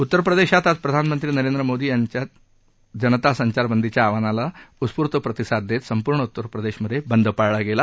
उत्तरप्रदेशात आज प्रधानमंत्री नरेंद्र मोदी यांच्या जनता संचारबंदीच्या आवाहनाला उत्स्फूर्त प्रतिसाद देत संपूर्ण उत्तर प्रदेशमधे बंद पाळला गेला